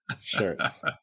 shirts